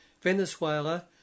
Venezuela